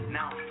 now